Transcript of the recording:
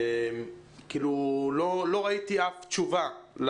לא ראיתי אף תשובה.